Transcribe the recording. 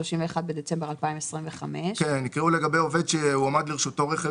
31 בדצמבר 2025. יקראו לגבי עובד שהועמד לרשותו רכב